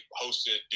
hosted